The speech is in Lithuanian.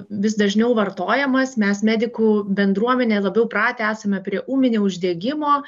vis dažniau vartojamas mes medikų bendruomenė labiau pratę esame prie ūminio uždegimo